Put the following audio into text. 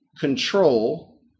control